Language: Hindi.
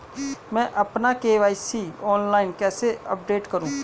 मैं अपना के.वाई.सी ऑनलाइन कैसे अपडेट करूँ?